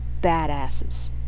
badasses